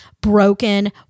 broken